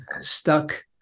stuck